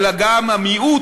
אלא גם המיעוט,